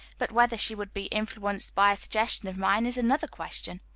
but whether she would be influenced by a suggestion of mine is another question.